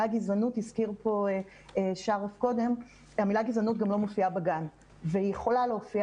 הזכיר פה שרף קודם שהמילה גזענות גם לא מופיעה בגן והיא יכולה להופיע